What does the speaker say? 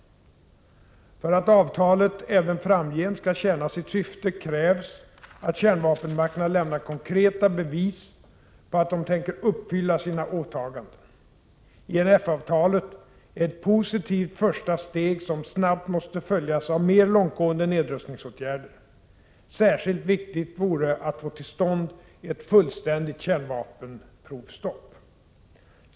För att avtalet även framgent skall tjäna sitt syfte krävs att kärnvapenmakterna lämnar konkreta bevis på att de tänker uppfylla sina åtaganden. INF-avtalet är ett positivt första steg, som snabbt måste följas av mer långtgående nedrustningsåtgärder. Särskilt viktigt vore att få till stånd ett fullständigt kärnvapenprovstopp.